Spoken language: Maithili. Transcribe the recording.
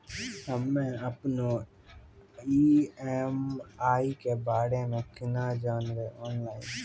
हम्मे अपन ई.एम.आई के बारे मे कूना जानबै, ऑनलाइन?